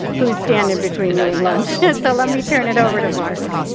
who's standing between you and lunch. so let me turn it over to mark.